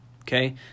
Okay